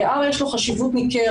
כי ל-R יש חשיבות ניכרת.